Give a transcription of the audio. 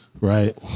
right